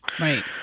Right